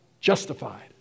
justified